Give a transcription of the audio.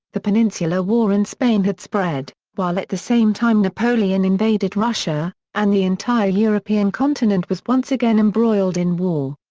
the peninsular war in spain had spread, while at the same time napoleon invaded russia, and the entire european continent was once again embroiled in war.